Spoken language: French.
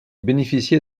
bénéficiait